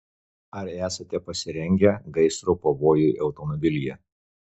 ar esate pasirengę gaisro pavojui automobilyje